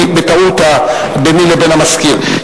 בטעות ביני לבין המזכיר.